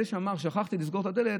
את זה שאמר שכחתי לסגור את הדלת,